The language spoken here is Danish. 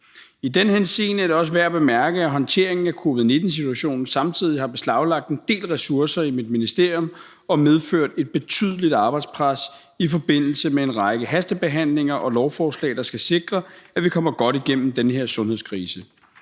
I den henseende er det også værd at bemærke, at håndteringen af covid-19-situationen samtidig har beslaglagt en del ressourcer i mit ministerium og medført et betydeligt arbejdspres i forbindelse med en række hastebehandlinger af lovforslag, der skal sikre, at vi kommer godt igennem den her sundhedskrise.